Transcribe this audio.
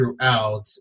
throughout